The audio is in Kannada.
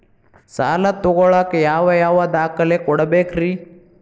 ಸಾಲ ತೊಗೋಳಾಕ್ ಯಾವ ಯಾವ ದಾಖಲೆ ಕೊಡಬೇಕ್ರಿ?